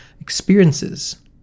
experiences